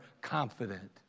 confident